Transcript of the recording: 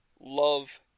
love